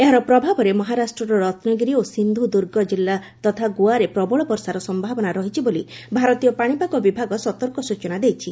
ଏହାର ପ୍ରଭାବରେ ମହାରାଷ୍ଟ୍ରର ରତ୍ନଗିରି ଓ ସିନ୍ଧ୍ ଦୂର୍ଗ ଜିଲ୍ଲା ତଥା ଗୋଆରେ ପ୍ରବଳ ବର୍ଷାର ସମ୍ଭାବନା ରହିଛି ବୋଲି ଭାରତୀୟ ପାଣିପାଗ ବିଭାଗ ସତର୍କ ସୂଚନା ଦେଇଛି